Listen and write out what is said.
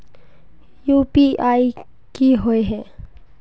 UPI की होय है?